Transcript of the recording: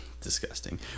Disgusting